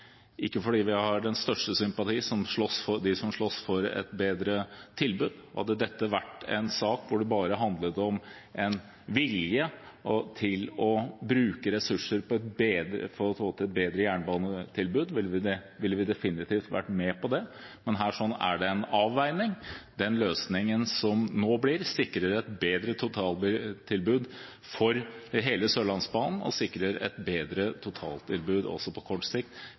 ikke fordi vi ikke har den største sympati med dem som slåss for et bedre tilbud. Hadde dette vært en sak hvor det bare handlet om en vilje til å bruke ressurser for å få til et bedre jernbanetilbud, ville vi definitivt vært med på det, men her er det en avveining. Den løsningen som nå blir, sikrer et bedre totaltilbud for hele Sørlandsbanen og et bedre totaltilbud også på kort sikt